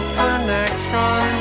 connection